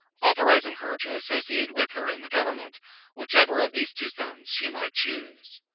authorizing her to associate with her in the government whichever of these two sons she might choose.